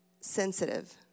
sensitive